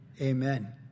Amen